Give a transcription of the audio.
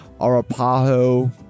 Arapaho